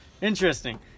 Interesting